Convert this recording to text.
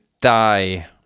die